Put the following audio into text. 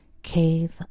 Cave